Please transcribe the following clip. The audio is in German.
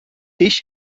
ich